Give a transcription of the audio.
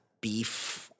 beef